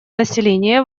населения